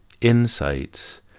insights